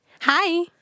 Hi